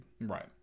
Right